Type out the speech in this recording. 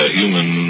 human